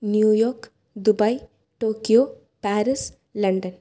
New York Dubai Tokyo Paris London